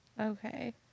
Okay